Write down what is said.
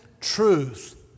truth